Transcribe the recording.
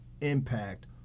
impact